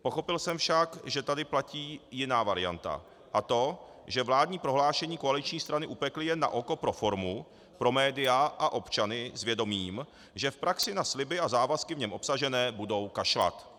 Pochopil jsem však, že tady platí jiná varianta, a to že vládní prohlášení koaliční strany upekly jen na oko pro formu, pro média a občany s vědomím, že v praxi na sliby a závazky v něm obsažené budou kašlat.